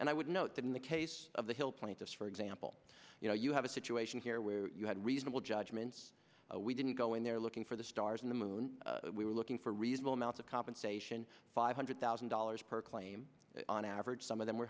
and i would note that in the case of the hill plant this for example you know you have a situation here where you had reasonable judgments we didn't go in there looking for the stars on the moon we were looking for reasonable amounts of compensation five hundred thousand dollars per claim on average some of them were